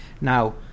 Now